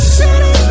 city